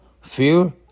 fear